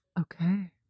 Okay